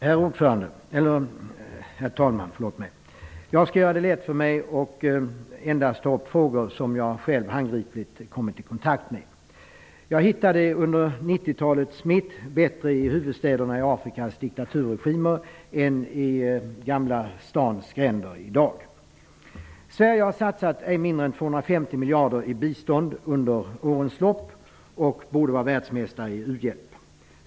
Herr talman! Jag skall göra det lätt för mig och endast ta upp frågor som jag själv handgripligen har kommit i kontakt med. Jag hittade under 70-talets mitt bättre i huvudstäderna i Afrikas diktaturregimer än i Gamla stans gränder i dag. Sverige har satsat ej mindre än 250 miljarder i bistånd under årens lopp och borde vara världsmästare i u-hjälp.